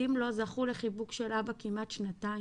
וילדים לא זכו לחיבוק של אבא כמעט שנתיים.